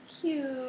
cute